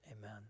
Amen